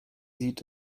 sieht